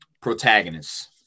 protagonists